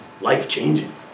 life-changing